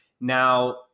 Now